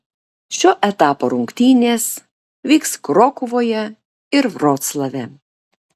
šio etapo rungtynės vyks krokuvoje ir vroclave